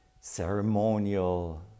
ceremonial